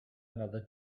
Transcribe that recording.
another